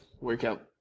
workout